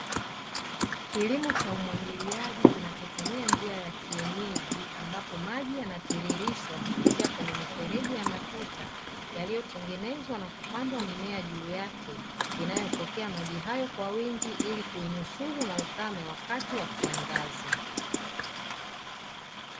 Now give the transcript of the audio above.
Kilimo cha umwagiliaji kinachotumia njia ya kienyeji, ambapo maji yanatiririshwa kupitia kwenye mifereji ya matuta; yaliyotengenezwa na kupandwa mimea juu yake; inayopokea maji kwa wingi ili kuinusuru na ukame wakati wa kiangazi.